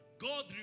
God